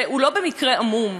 והוא לא במקרה עמום,